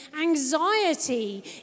anxiety